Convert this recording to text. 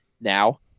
now